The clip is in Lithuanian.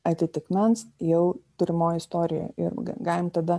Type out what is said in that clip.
atitikmens jau turimoj istorijoj ir galim tada